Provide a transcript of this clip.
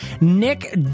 Nick